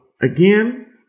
again